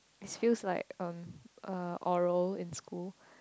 this feels like um uh oral in school